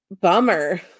bummer